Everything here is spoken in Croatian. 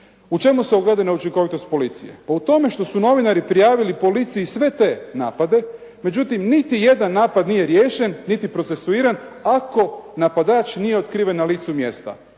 U čemu se ogleda neučinkovitost policije? Pa u tome što su novinari prijavili policiji sve te napade međutim niti jedan napad nije riješen niti procesuiran ako napadač nije otkriven na licu mjesta.